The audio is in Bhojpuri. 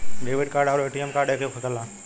डेबिट कार्ड आउर ए.टी.एम कार्ड एके होखेला?